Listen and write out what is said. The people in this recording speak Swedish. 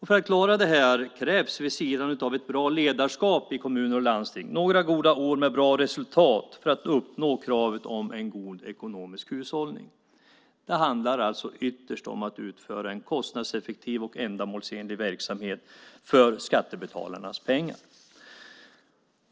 För att klara detta krävs vid sidan av ett bra ledarskap i kommuner och landsting några år med bra resultat för att uppnå kravet om en god ekonomisk hushållning. Det handlar alltså ytterst om att utföra en kostnadseffektiv och ändamålsenlig verksamhet för skattebetalarnas pengar.